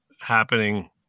happening